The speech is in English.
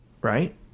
right